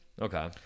Okay